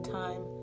time